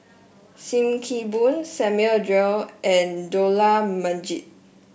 Sim Kee Boon Samuel Dyer and Dollah Majid